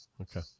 okay